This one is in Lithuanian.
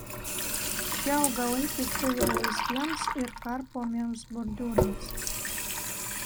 šie augalai tiktų ir laisviems ir karpomiems bordiūrams